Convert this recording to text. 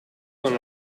con